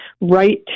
right